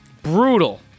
Brutal